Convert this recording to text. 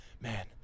man